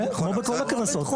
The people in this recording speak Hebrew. כמו בכל הקנסות.